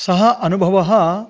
सः अनुभवः